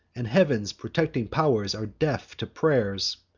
and heav'n's protecting pow'rs are deaf to pray'rs.